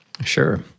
Sure